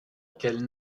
qu’elle